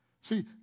See